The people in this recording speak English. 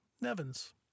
Nevins